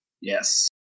Yes